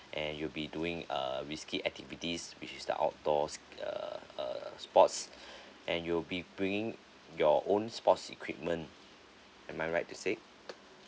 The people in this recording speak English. and you'll be doing uh risky activities which is the outdoors err err sports and you'll be bringing your own sports equipment am I right to say